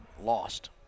Lost